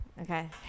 Okay